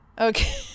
Okay